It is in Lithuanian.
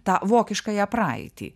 tą vokiškąją praeitį